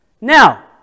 Now